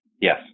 Yes